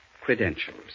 credentials